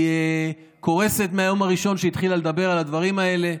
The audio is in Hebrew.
היא קורסת מהיום הראשון שהיא התחילה לדבר על הדברים האלה.